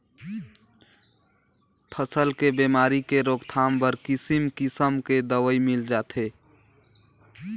फसल के बेमारी के रोकथाम बर किसिम किसम के दवई मिल जाथे